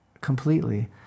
completely